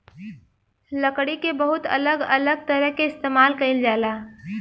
लकड़ी के बहुत अलग अलग तरह से इस्तेमाल कईल जाला